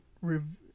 review